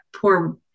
poor